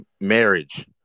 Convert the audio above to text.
marriage